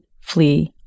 flee